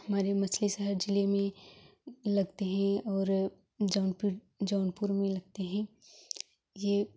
हमारे मछली शहर जिले में लगते हैं और जौनपुर जौनपुर में लगते हैं ये